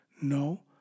No